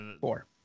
Four